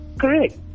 correct